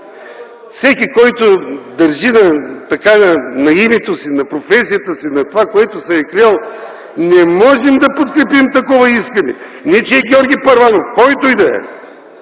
Всеки, който държи на името си, на професията си, на това, в което се е клел – не можем да подкрепим такова искане. Не, че е Георги Първанов. Който и да е.